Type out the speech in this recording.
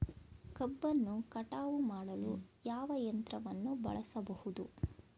ಕಬ್ಬನ್ನು ಕಟಾವು ಮಾಡಲು ಯಾವ ಯಂತ್ರವನ್ನು ಬಳಸಬಹುದು?